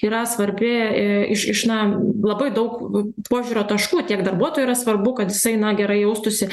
yra svarbi i iš iš na labai daug požiūrio taškų tiek darbuotojui yra svarbu kad jisai na gerai jaustųsi